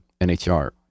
NHR